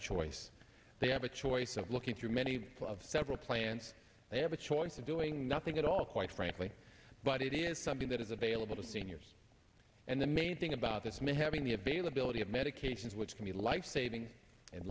choice they have a choice of looking through many of several plans they have a choice of doing nothing at all quite frankly but it is something that is available to seniors and the main thing about this may have been the a bail ability of medications which can be life saving and